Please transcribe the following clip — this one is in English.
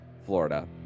Florida